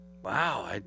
Wow